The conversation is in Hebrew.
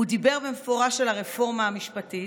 הוא דיבר במפורש על הרפורמה המשפטית,